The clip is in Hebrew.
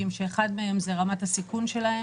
אתם יודעים באיזה מצב מצאנו אותו,